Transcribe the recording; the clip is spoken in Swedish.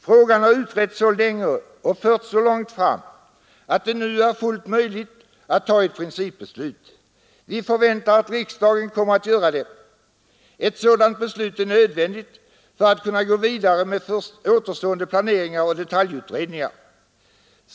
Frågan har utretts så länge, och förts så långt fram, att det nu är fullt möjligt att ta ett principbeslut. Vi förväntar att riksdagen kommer att göra det. Ett sådant beslut är nödvändigt för att kunna gå vidare med återstående planeringar och detaljutredningar.